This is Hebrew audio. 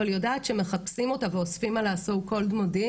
אבל יודעת שמחפשים אותה ואוספים עליה so called מודיעין,